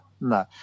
no